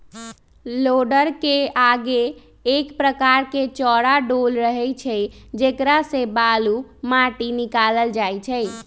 लोडरके आगे एक प्रकार के चौरा डोल रहै छइ जेकरा से बालू, माटि निकालल जाइ छइ